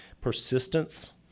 Persistence